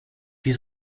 die